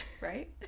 Right